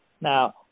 Now